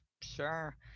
Sure